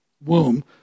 womb